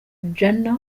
jenner